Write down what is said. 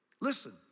Listen